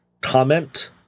Comment